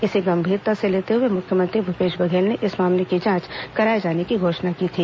इसे गंभीरता से लेते हुए मुख्यमंत्री भूपेश बघेल ने इस मामले की जांच कराए जाने की घोषणा की थी